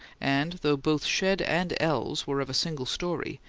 and, though both shed and ells were of a single story,